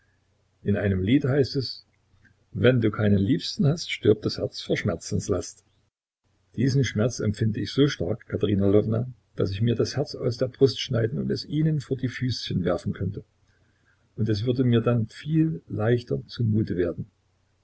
in einem liede heißt es wenn du keinen liebsten hast stirbt das herz vor schmerzenslast diesen schmerz empfinde ich so stark katerina lwowna daß ich mir das herz aus der brust schneiden und es ihnen vor die füßchen werfen könnte und es würde mir dann viel leichter zumute werden